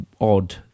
odd